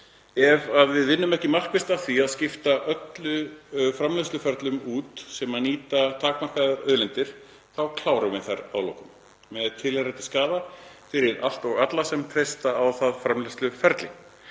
Ef við vinnum ekki markvisst að því að skipta út öllum framleiðsluferlum sem nýta takmarkaðar auðlindir þá klárum við þær að lokum, með tilheyrandi skaða fyrir allt og alla sem treysta á það framleiðsluferli.